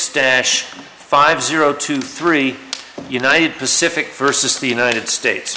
stash five zero two three united pacific versus the united states